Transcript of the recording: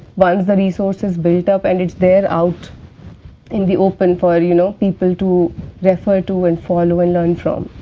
but the resource is built up and it is there, out in the open, for you know, people to refer to and follow and learn from.